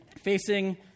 facing